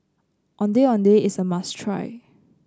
Ondeh Ondeh is a must try